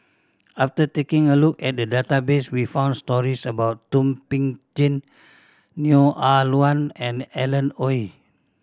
after taking a look at the database we found stories about Thum Ping Tjin Neo Ah Luan and Alan Oei